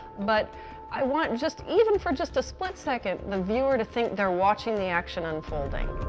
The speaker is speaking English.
but i want just, even for just a split second, the viewer to think they're watching the action unfolding.